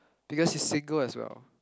because he's single as well